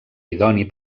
idoni